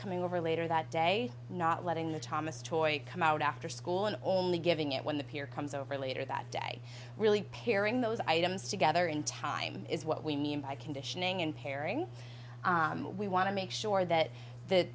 coming over later that day not letting the thomas toy come out after school and only giving it when the peer comes over later that day really pairing those items together in time is what we mean by conditioning and pairing we want to make sure that